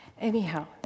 Anyhow